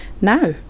now